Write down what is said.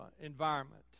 environment